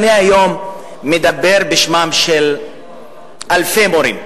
אני מדבר היום בשמם של אלפי מורים,